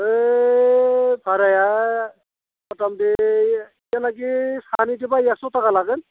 ओइ भाराया मुथा मुथि बिसिमहालागै सानैसोबा एक्स' थाखा लागोन